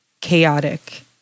chaotic